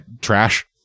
Trash